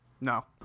No